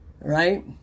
right